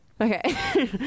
Okay